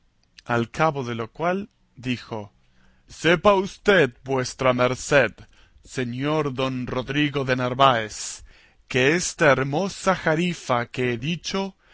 al cabo de lo cual dijo sepa vuestra merced señor don rodrigo de narváez que esta hermosa jarifa que he dicho